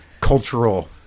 cultural